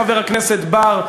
חבר הכנסת בר,